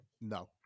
No